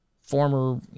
former